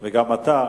וגם אתה,